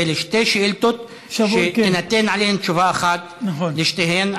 אלה שתי שאילתות שתינתן תשובה אחת על שתיהן,